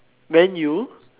Man U